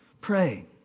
Pray